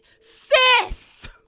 Sis